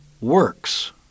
works